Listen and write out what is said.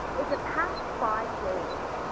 in the past five days,